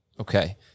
Okay